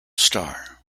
star